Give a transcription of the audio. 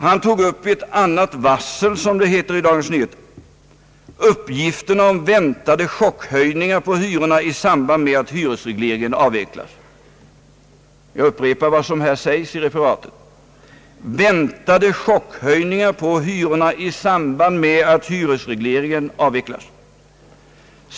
Han tog upp »ett annat varsel», som det heter i Dagens Nyheter, uppgifterna om väntade chockhöjningar på hyrorna i samband med att hyresregleringen avvecklas.